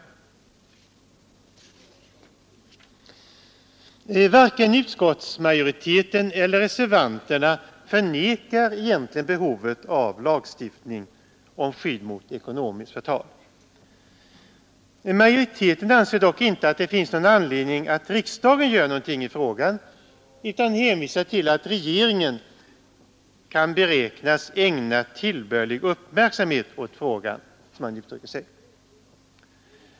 Varken utskottsmajoriteten eller reservanterna förnekar egentligen behovet av lagstiftning om skydd mot ekonomiskt förtal. Majoriteten anser dock inte att det finns någon anledning att riksdagen gör någonting i frågan utan hänvisar till att regeringen kan beräknas ägna ”tillbörlig uppmärksamhet” åt frågan, som man uttrycker sig.